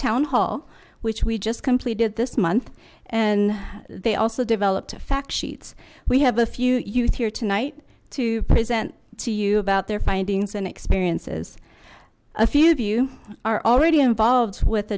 town hall which we just completed this month and they also developed a fact sheets we have a few youth here tonight to present to you about their findings and experiences a few of you are already involved with